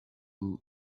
food